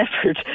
effort